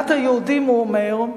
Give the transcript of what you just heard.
מדינת היהודים, הוא אומר,